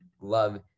love